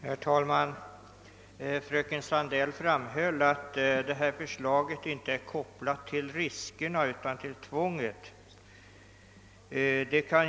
Herr talman! Fröken Sandell framhöll att det framlagda förslaget inte är kopplat till riskerna vid militär tjänstgöring utan till tvångsmässigheten i utövandet av denna.